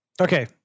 okay